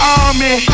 army